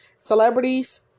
celebrities